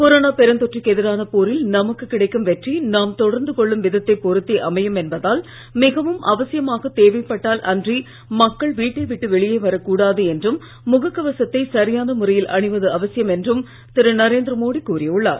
corona பெருந்தொற்றுக்கு எதிரான போரில் நமக்கு கிடைக்கும் வெற்றி நாம் நடந்து கொள்ளும் விதத்தை பொறுத்தே அமையும் என்பதால் மிகவும் அவசியமாக தேவைப்பட்டால் அன்றி மக்கள் வீட்டை விட்டு வெளியே வரக் கூடாது என்றும் முகக் கவசத்தை சரியான முறையில் அணிவது அவசியம் என்றும் திரு நரேந்திர மோடி கூறி உள்ளார்